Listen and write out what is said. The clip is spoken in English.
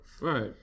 Right